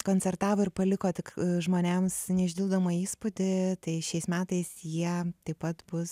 koncertavo ir paliko tik žmonėms neišdildomą įspūdį tai šiais metais jie taip pat bus